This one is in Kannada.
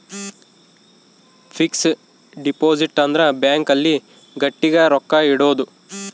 ಫಿಕ್ಸ್ ಡಿಪೊಸಿಟ್ ಅಂದ್ರ ಬ್ಯಾಂಕ್ ಅಲ್ಲಿ ಗಟ್ಟಿಗ ರೊಕ್ಕ ಇಡೋದು